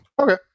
Okay